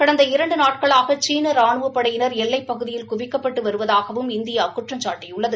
கடந்த இரண்டு நாட்களாக சீன ராணுவ படையிளா் எல்லைப் பகுதியில் குவிக்கப்பட்டு வருவதாகவும் இந்தியா குற்றம்சாட்டியுள்ளது